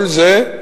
כל זה,